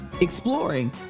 Exploring